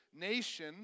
nation